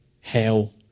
hell